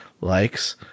likes